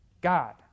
God